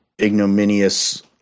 ignominious